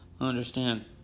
understand